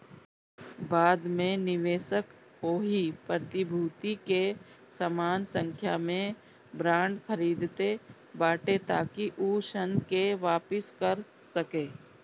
बाद में निवेशक ओही प्रतिभूति के समान संख्या में बांड खरीदत बाटे ताकि उ ऋण के वापिस कर सके